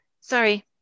sorry